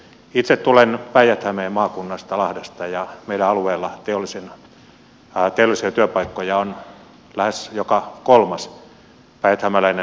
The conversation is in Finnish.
itse tulen päijät hämeen maakunnasta lahdesta ja meidän alueella teollisia työpaikkoja on lähes joka kolmas päijäthämäläinen työpaikka